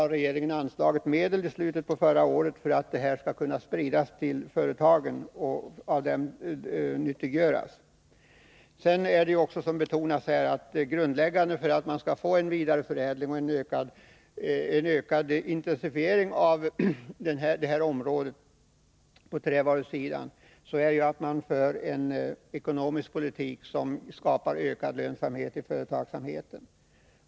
Regeringen har i slutet att förra året anslagit medel för att det materialet skall kunna spridas till företagen, så att de kan ta del av och dra nytta av det. Såsom här betonats är det också av grundläggande betydelse för en vidareförädling och ökad intensifiering av forskningen på trävarusidan att vi för en ekonomisk politik som skapar ökad lönsamhet för företagen.